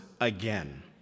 again